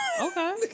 Okay